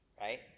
right